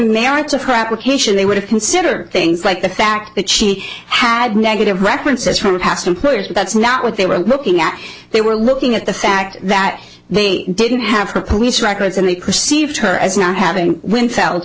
merits of crap location they would have considered things like the fact that she had negative references from past employers that's not what they were looking at they were looking at the fact that they didn't have her police records and they perceived her as not having when